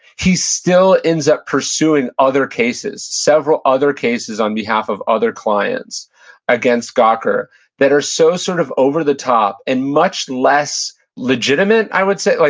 he still ends up pursuing other cases, several other cases on behalf of other clients against gawker that are so sort of over-the-top and much less legitimate, i would say, like